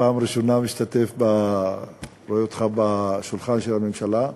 בפעם הראשונה אני רואה אותך ליד שולחן הממשלה,